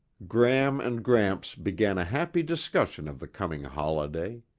gram and gramps began a happy discussion of the coming holiday.